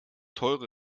teure